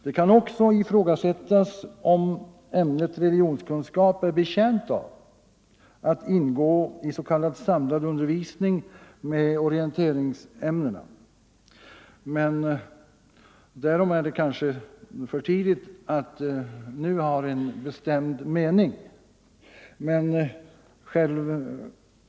Det kan också ifrågasättas om ämnet religionskunskap är betjänt av att ingå i s.k. samlad undervisning tillsammans med orienteringsämnena. Men därom är det kanske för tidigt att ha en bestämd mening.